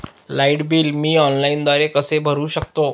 Light bill मी ऑनलाईनद्वारे कसे भरु शकतो?